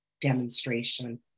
demonstration